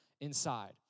inside